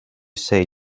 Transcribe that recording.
say